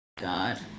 god